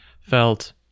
felt